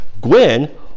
Gwen